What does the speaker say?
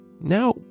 Now